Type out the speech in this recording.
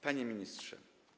Panie Ministrze!